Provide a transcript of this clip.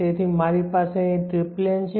તેથી મારી પાસે અહીં ટ્રિપ્લેન છે